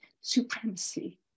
supremacy